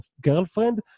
girlfriend